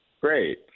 Great